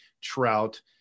Trout